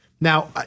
Now